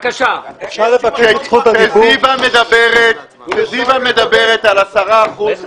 כאשר זיוה מדברת על 10 אחוזים